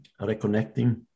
reconnecting